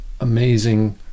amazing